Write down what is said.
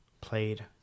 played